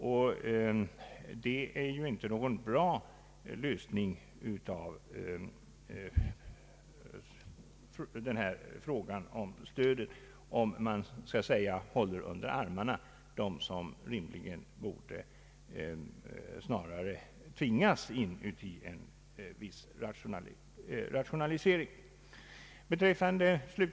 Om man så att säga håller dem under armarna som rimligen snarare borde tvingas in i en viss rationalisering är det inte en bra lösning av denna fråga.